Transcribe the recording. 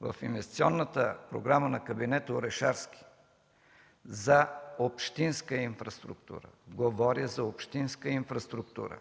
В инвестиционната програма на кабинета Орешарски за общинска инфраструктура, говоря за общинска инфраструктура,